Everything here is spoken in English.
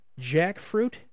jackfruit